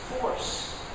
force